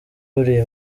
buriya